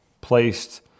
placed